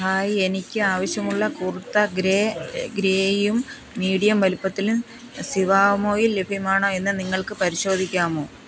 hi എനിക്ക് ആവശ്യമുള്ള kurta grey ഗ്രേയും മീഡിയം വലുപ്പത്തിലും സിവാമേയിൽ ലഭ്യമാണോ എന്ന് നിങ്ങൾക്ക് പരിശോധിക്കാമോ